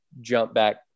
jump-back